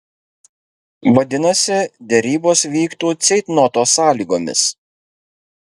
vadinasi derybos vyktų ceitnoto sąlygomis